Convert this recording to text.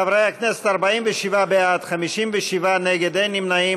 חברי הכנסת, 47 בעד, 57 נגד, אין נמנעים.